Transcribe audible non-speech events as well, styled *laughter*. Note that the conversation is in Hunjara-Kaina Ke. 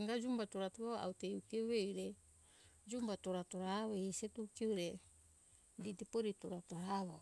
inda juma to auto ue ere jumba tora *unintelligible* te dipori tora avo